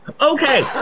Okay